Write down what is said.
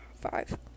Five